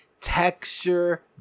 texture